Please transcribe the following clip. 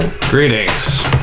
Greetings